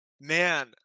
man